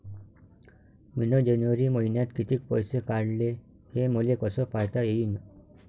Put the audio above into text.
मिन जनवरी मईन्यात कितीक पैसे काढले, हे मले कस पायता येईन?